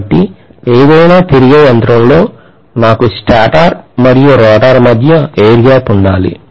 కాబట్టి ఏదైనా తిరిగే యంత్రంలో నాకు స్టేటర్ మరియు రోటర్ మధ్య air gap ఉండాలి